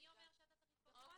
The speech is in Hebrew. מי אומר שאתה צריך לצפות במצלמה?